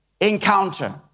encounter